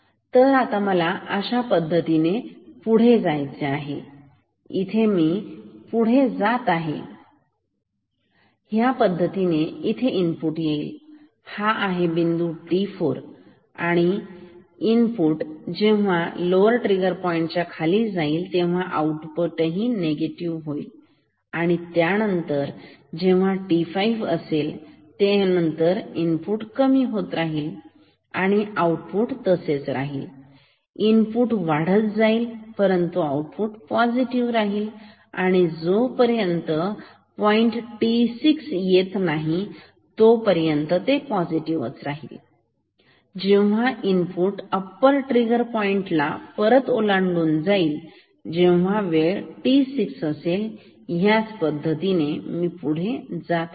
तर आता मला ह्या पद्धतीने पुढे जायचे आहे मग मी पुढे जात आहे ह्याप्रमाणे इथे इनपुट येईल हा आहे बिंदू जेव्हा t4 असेल इनपुट जेव्हा लोवर ट्रिगर पॉईंटच्या खाली जाईल तेव्हा आउटपुट ही निगेटिव्ह होईल आणि त्यानंतर जेव्हा t5 असेल त्यानंतर इनपुट कमी होत राहील आणि आऊटपुट तसेच राहील इनपुट वाढत जाईल परंतु आउटपुट तसेच पॉझिटिव आहे आणि जोपर्यंत पॉइंट t6 येत नाही तोपर्यंत ते पॉझिटिव्ह राहील जेव्हा इनपुट अप्पर ट्रिगर पॉइंटला परत ओलांडून जाईल जेव्हा वेळ t6 असेल याच पद्धतीने मी पुढे जात राहील